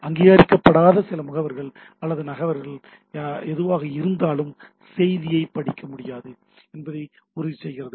அங்கீகரிக்கப்படாத சில முகவர் அல்லது நபர் அல்லது எதுவாக இருந்தாலும் செய்தியைப் படிக்க முடியாது என்பதை உறுதிசெய்கிறது